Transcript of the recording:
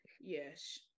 yes